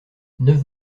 neuf